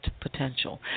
Potential